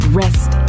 rest